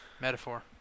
Metaphor